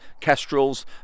kestrels